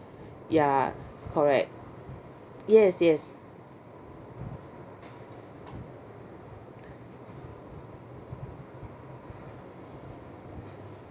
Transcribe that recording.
ya correct yes yes